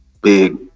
big